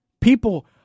People